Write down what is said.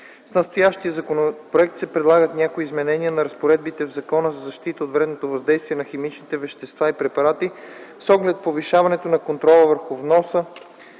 С настоящия законопроект се предлагат някои изменения на разпоредбите в Закона за защита от вредното въздействие на химичните вещества и препарати с оглед повишаването на контрола върху вноса